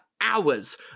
hours